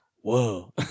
whoa